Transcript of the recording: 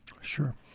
Sure